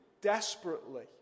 desperately